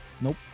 nope